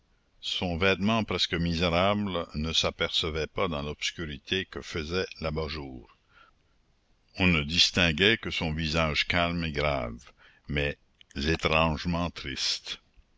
son vêtement presque misérable ne s'apercevait pas dans l'obscurité que faisait l'abat-jour on ne distinguait que son visage calme et grave mais étrangement triste